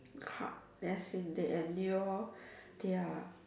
hard as in they endure ya